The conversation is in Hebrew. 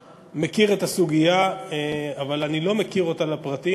במסגרת הסדרה כוללת של הביטוח הסיעודי הקבוצתי,